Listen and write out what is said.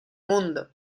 mundo